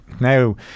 now